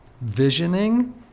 visioning